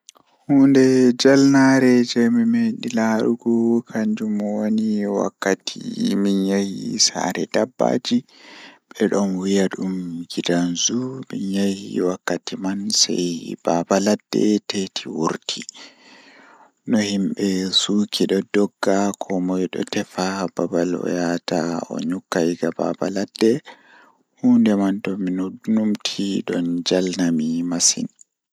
Hunde jalnaare jei mi meedi laarugo kanjum woni wakkati Mi ɗo waɗi yiɗde waɗde diiwanɗo ɗum famɗo sabu ngal ɗum waɗi ko miɗo waɗi faabugol yimɓe e hoore ngam waɗde cuɓoraaji ngal. Ko feewi so aɗa waɗi waɗde diiwanɗo ngal ɗum, sabu o waɗi jaanginde yimɓe e ɗum faama.